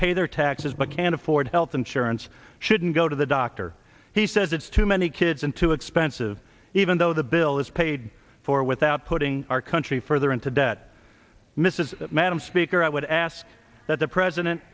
pay their taxes but can't afford health insurance shouldn't go to the doctor he says it's too many kids and too expensive even though the bill is paid for without putting our country further into debt mrs madam speaker i would ask that the president